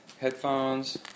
headphones